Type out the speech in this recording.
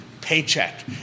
paycheck